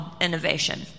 innovation